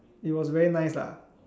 it was very nice lah